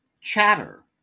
Chatter